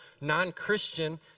non-Christian